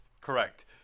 Correct